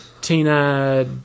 Tina